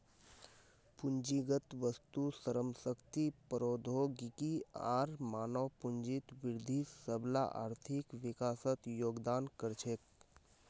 पूंजीगत वस्तु, श्रम शक्ति, प्रौद्योगिकी आर मानव पूंजीत वृद्धि सबला आर्थिक विकासत योगदान कर छेक